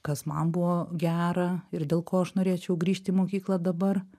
kas man buvo gera ir dėl ko aš norėčiau grįžt į mokyklą dabar